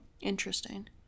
Interesting